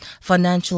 financial